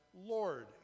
Lord